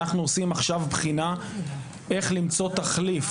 אנחנו עושים עכשיו בחינה איך למצוא תחליף